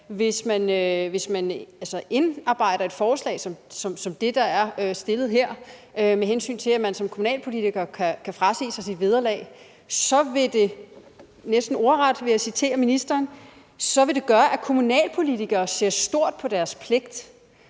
hvis man indarbejder et forslag som det, der er stillet her, med hensyn til at man som kommunalpolitiker kan frasige sig sit vederlag, så vil det, og jeg citerer næsten ordret ministeren, gøre, at kommunalpolitikere ser stort på deres pligt.